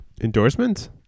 endorsements